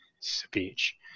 speech